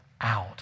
out